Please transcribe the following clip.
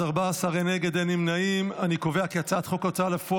אם כך, אנחנו עוברים להצבעה.